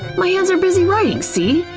my hands are busy writing, see?